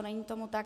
Není tomu tak.